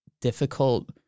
difficult